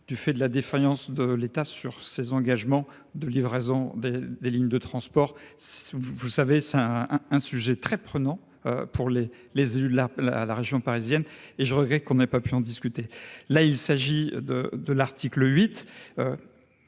du fait de la défaillance de l'État sur ses engagements de livraisons des des lignes de transport sous vous savez c'est un, un sujet très prenant pour les les élus, la la la région parisienne et je regrette qu'on n'ait pas pu en discuter, là il s'agit de de l'article 8.